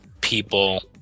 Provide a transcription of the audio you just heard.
people